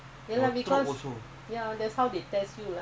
!huh! just complete